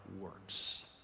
works